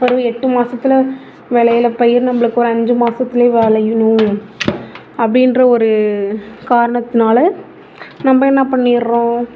பிறகு எட்டு மாதத்துல விளையில பயிர் நமக்கு ஒரு அஞ்சு மாதத்துலையே விளையணும் அப்படின்ற ஒரு காரணத்தினா நம்ம என்ன பண்ணிடுறோம்